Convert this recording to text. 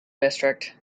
district